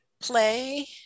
play